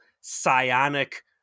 psionic